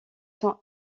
sont